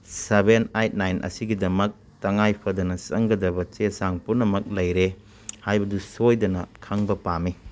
seven eight nine ꯑꯁꯤꯒꯤꯗꯃꯛ ꯇꯉꯥꯏ ꯐꯗꯅ ꯆꯪꯒꯗꯕ ꯆꯦ ꯆꯥꯡ ꯄꯨꯝꯅꯃꯛ ꯂꯩꯔꯦ ꯍꯥꯏꯕꯗꯨ ꯁꯣꯏꯗꯅ ꯈꯪꯕ ꯄꯥꯝꯃꯤ